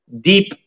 deep